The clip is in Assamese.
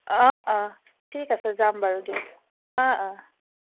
অঁ অঁ ঠিক আছে যাম বাৰু দিয়ক অঁ অঁ